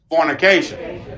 fornication